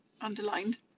underlined